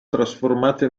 trasformata